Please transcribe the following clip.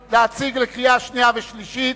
להציג את הצעת החוק לקריאה שנייה ולקריאה שלישית.